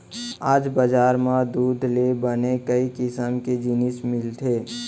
आज बजार म दूद ले बने कई किसम के जिनिस मिलथे